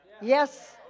yes